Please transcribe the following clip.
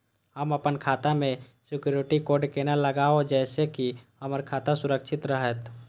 हम अपन खाता में सिक्युरिटी कोड केना लगाव जैसे के हमर खाता सुरक्षित रहैत?